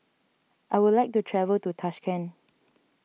I would like to travel to Tashkent